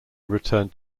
returned